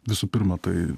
visų pirma tai